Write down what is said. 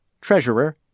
Treasurer